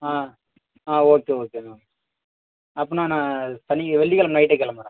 ஆ ஆ okay okay ma'am அப்பிடின்னா நான் சனி வெள்ளிக்கெழம நைட்டே கிளம்புறேன்